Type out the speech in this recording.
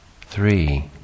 three